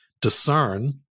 discern